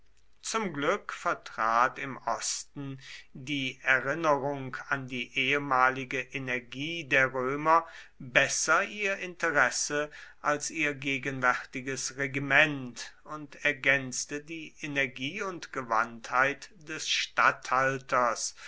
zum glück vertrat im osten die erinnerung an die ehemalige energie der römer besser ihr interesse als ihr gegenwärtiges regiment und ergänzte die energie und gewandtheit des statthalters